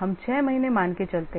हम 6 महीने मान के चलते हैं